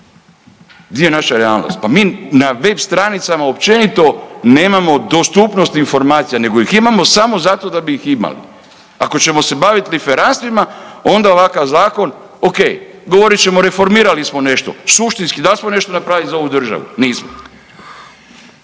Di je naša realnost, pa mi na web stranicama općenito nemamo dostupnost informacija nego ih imamo samo zato da bi ih imali. Ako ćemo se bavit …/nerazumljivo/… onda ovakav zakon ok govorit ćemo reformirali smo nešto, suštinski dal smo nešto napravili za ovu državu, nismo.